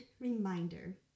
reminder